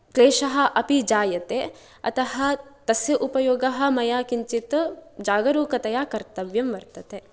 क्लेशः अपि जायते अतः तस्य उपयोगः मया किञ्चित् जागरूकतया कर्तव्यं वर्तते